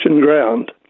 ground